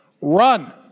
Run